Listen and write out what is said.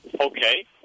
Okay